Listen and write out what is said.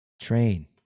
Train